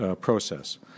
process